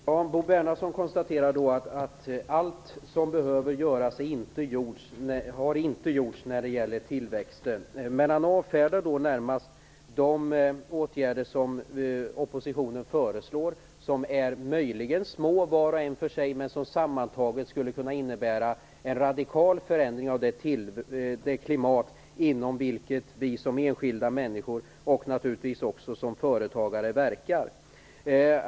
Fru talman! Bo Bernhardsson konstaterar att allt som behöver göras har inte gjorts när det gäller tillväxten. Men han avfärdar ändå de åtgärder som oppositionen föreslår, som möjligen är små var och en för sig, men som sammantaget skulle kunna innebära en radikal förändring av det klimat inom vilket vi som enskilda människor och som företagare verkar.